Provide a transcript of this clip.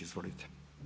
Izvolite.